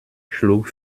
schlug